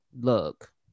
look